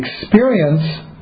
experience